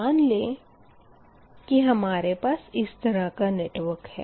मान लें के हमारे पास इस तरह का नेटवर्क है